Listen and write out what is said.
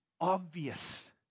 obvious